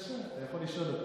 בבקשה, אתה יכול לשאול אותו.